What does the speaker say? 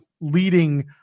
leading